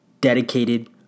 dedicated